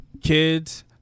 kids